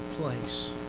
place